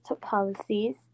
policies